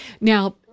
Now